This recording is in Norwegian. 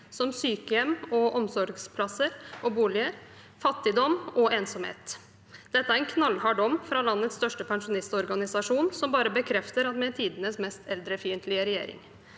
som sykehjem, omsorgsplasser og boliger, og i møte med fattigdom og ensomhet. Dette er en knallhard dom fra landets største pensjonistorganisasjon, som bare bekrefter at vi har tidenes mest eldrefiendtlige regjering.